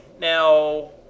Now